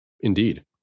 Indeed